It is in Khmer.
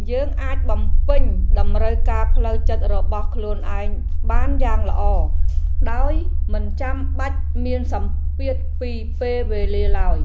យើងអាចបំពេញតម្រូវការផ្លូវចិត្តរបស់ខ្លួនឯងបានយ៉ាងល្អ ដោយមិនចាំបាច់មានសម្ពាធពីពេលវេលាឡើយ។